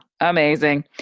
amazing